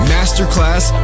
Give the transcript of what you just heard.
Masterclass